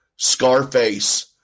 Scarface